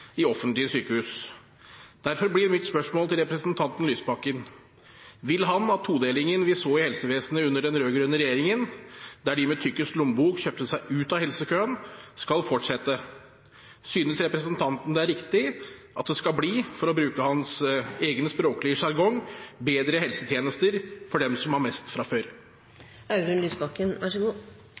sykehus. Derfor blir mitt spørsmål til representanten Lysbakken: Vil han at todelingen vi så i helsevesenet under den rød-grønne regjeringen, der de med tykkest lommebok kjøpte seg ut av helsekøen, skal fortsette? Synes representanten det er riktig at det skal bli – for å bruke hans egen språklige sjargong – bedre helsetjenester for dem som har mest fra